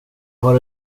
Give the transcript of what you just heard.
har